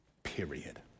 Period